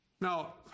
now